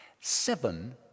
Seven